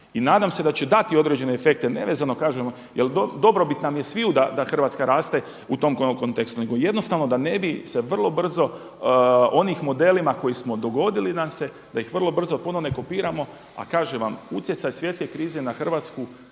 i nadam se da će dati određene efekte nevezano kažem, jer dobrobit nam je sviju da Hrvatska raste u tom kontekstu. Nego jednostavno da ne bi se vrlo brzo onih modela koje su dogodili nam se da ih vrlo brzo ponovno ne kopiramo. A kažem vam utjecaj svjetske krize na Hrvatsku